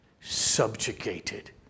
subjugated